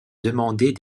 demander